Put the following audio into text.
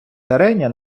тереня